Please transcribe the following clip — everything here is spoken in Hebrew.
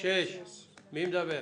מי נגד?